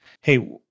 Hey